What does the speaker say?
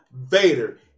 Vader